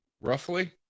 roughly